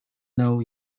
know